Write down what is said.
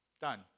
Done